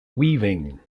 weaving